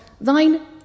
thine